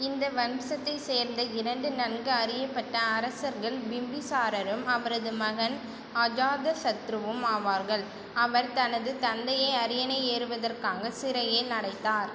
இந்த வம்சத்தைச் சேர்ந்த இரண்டு நன்கு அறியப்பட்ட அரசர்கள் பிம்பிசாரரும் அவரது மகன் அஜாதசத்ருவும் ஆவார்கள் அவர் தனது தந்தையை அரியணை ஏறுவதற்காக சிறையில் அடைத்தார்